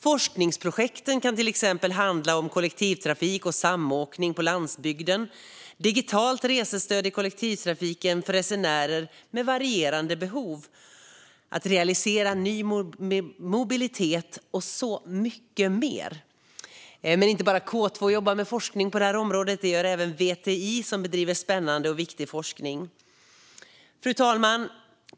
Forskningsprojekten kan till exempel handla om kollektivtrafik och samåkning på landsbygden, om digitalt resestöd i kollektivtrafiken för resenärer med varierande behov och om att realisera ny mobilitet och så mycket mer. Men det är inte bara K2 som jobbar med forskning på detta område. Det gör även VTI, som bedriver spännande och viktig forskning. Fru talman!